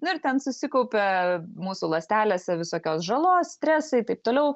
nu ir ten susikaupia mūsų ląstelėse visokios žalos stresai taip toliau